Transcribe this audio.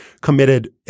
committed